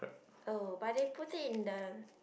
oh but they put it in the